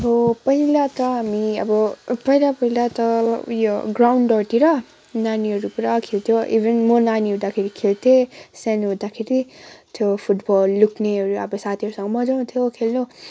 अब पहिला त हामी अब पहिला पहिला त उयो ग्राउन्डहरूतिर नानीहरू पुरा खेल्थ्यो इभन म नानी हुँदाखेरि खल्थेँ सानो हुँदाखेरि त्यो फुटबल लुक्नेहरू अब साथीहरूसँग मजा आउँथ्यो खेल्नु